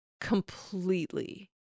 completely